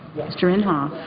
yesterday and